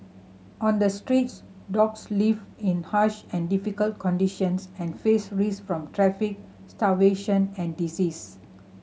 on the streets dogs live in harsh and difficult conditions and face risk from traffic starvation and disease